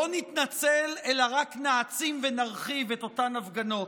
לא נתנצל, אלא רק נעצים ונרחיב את אותן הפגנות.